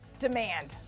Demand